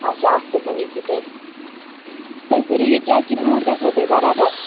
اچھا اَکھ سیکنٛڈ رُکِو تُہۍ تُہۍ کٔرِو یہِ چیک یہِ بوٗٹھ گَژھوا تۄہہِ بَرابَر